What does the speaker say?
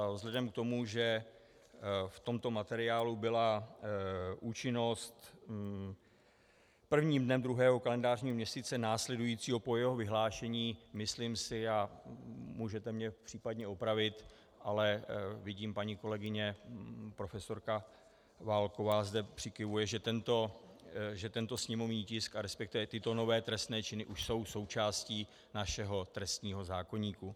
A vzhledem k tomu, že v tomto materiálu byla účinnost prvním dnem druhého kalendářního měsíce následujícího po jeho vyhlášení, myslím si, a můžete mě případně opravit, ale vidím, paní kolegyně profesorka Válková zde přikyvuje, že tento sněmovní tisk a respektive tyto nové trestné činy už jsou součástí našeho trestního zákoníku.